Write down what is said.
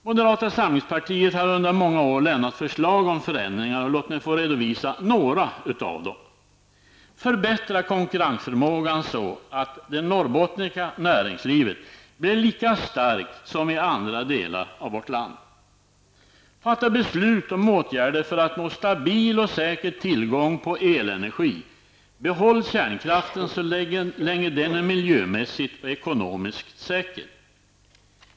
Moderata samlingspartiet har under många år lämnat förslag om förändringar. Låt mig redovisa några av dem. Vi vill att konkurrensförmågan förbättras, så att det norrbottniska näringslivet blir lika starkt som näringslivet i andra delar av vårt land. Beslut bör fattas om åtgärder som syftar till att uppnå en stabil och säker tillgång på elenergi. Kärnkraften bör behållas så länge den är miljömässigt och ekonomiskt säker.